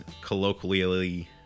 colloquially